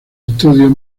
estudios